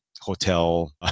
hotel